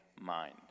mind